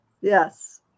Yes